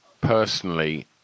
personally